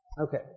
Okay